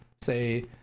say